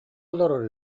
олорор